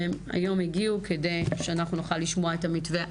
והיום הם הגיעו כדי שאנחנו נוכל לשמוע את המתווה.